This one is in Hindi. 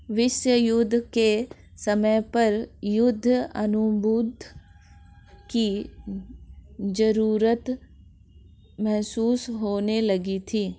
विश्व युद्ध के समय पर युद्ध अनुबंध की जरूरत महसूस होने लगी थी